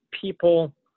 people